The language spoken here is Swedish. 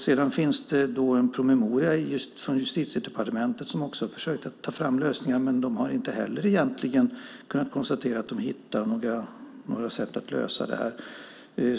Vidare finns det en promemoria från Justitiedepartementet som också har försökt ta fram lösningar, men inte heller där har man egentligen kunnat hitta sätt att lösa problemet.